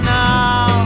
now